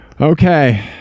Okay